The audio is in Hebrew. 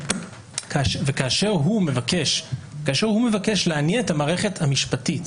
וכאשר הוא מבקש להניע את המערכת המשפטית